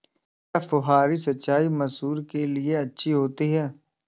क्या फुहारी सिंचाई मसूर के लिए अच्छी होती है?